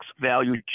value